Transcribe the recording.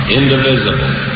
indivisible